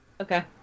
Okay